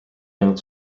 ainult